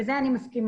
בזה אני מסכימה.